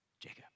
Jacob